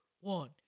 one